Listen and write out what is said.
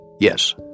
Yes